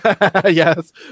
Yes